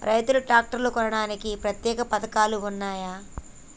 రైతులు ట్రాక్టర్లు కొనడానికి ప్రత్యేక పథకాలు ఉన్నయా?